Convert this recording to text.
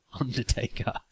undertaker